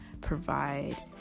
provide